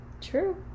true